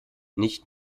nicht